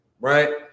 right